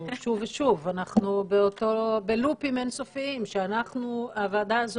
אנחנו בלופים אין סופיים, שוב ושוב.